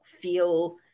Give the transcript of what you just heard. feel